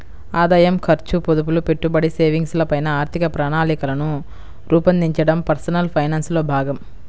ఆదాయం, ఖర్చు, పొదుపులు, పెట్టుబడి, సేవింగ్స్ ల పైన ఆర్థిక ప్రణాళికను రూపొందించడం పర్సనల్ ఫైనాన్స్ లో భాగం